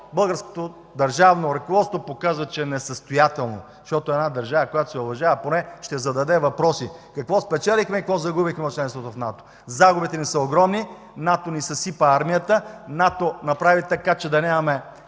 българското държавно ръководство абсолютно показа, че е несъстоятелно. Една държава, която поне се уважава, ще зададе въпроси: какво спечелихме и какво загубихме от членството ни в НАТО? Загубите са ни огромни! НАТО ни съсипа армията! НАТО направи така, че да нямаме